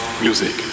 music